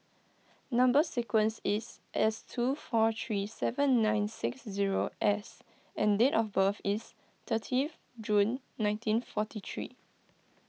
Number Sequence is S two four three seven nine six zero S and date of birth is thirtieth June nineteen forty three